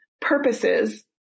purposes